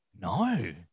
No